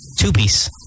Two-piece